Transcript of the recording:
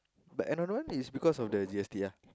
but another one is because of the G_S_T lah